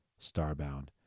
starbound